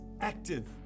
active